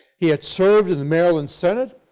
he had served in the maryland senate,